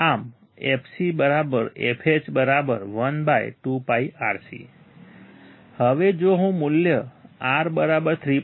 આમ fcfh12πRC હવે જો હું મૂલ્ય R3